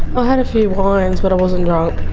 but had a few wines, but i wasn't drunk.